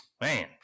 Man